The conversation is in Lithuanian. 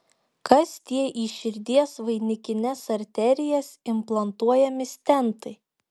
kas tie į širdies vainikines arterijas implantuojami stentai